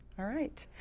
alright,